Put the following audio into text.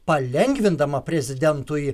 palengvindama prezidentui